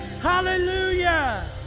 Hallelujah